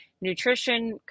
nutrition